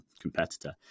competitor